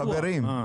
אה, חברים.